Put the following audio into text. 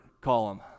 column